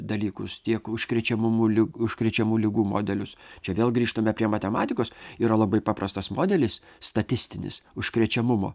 dalykus tiek užkrečiamumų li užkrečiamų ligų modelius čia vėl grįžtame prie matematikos yra labai paprastas modelis statistinis užkrečiamumo